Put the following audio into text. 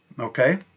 Okay